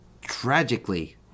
tragically